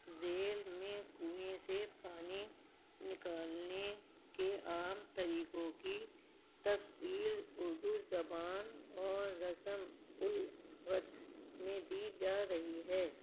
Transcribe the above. ذیل میں کنوئیں سے پانی نکالنے کے عام طریقوں کی تفصیل اردو زبان اور رسم الخط میں دی جا رہی ہے